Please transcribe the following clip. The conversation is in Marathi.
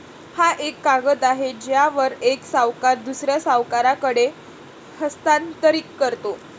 हा एक कागद आहे ज्यावर एक सावकार दुसऱ्या सावकाराकडे हस्तांतरित करतो